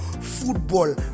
football